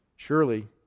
Surely